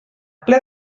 ple